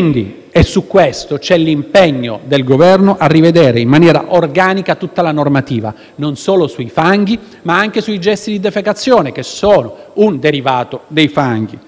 ministri. Su questo c’è l’impegno del Governo a rivedere in maniera organica tutta la normativa, non solo sui fanghi, ma anche sui gessi di defecazione, che sono un derivato dei fanghi.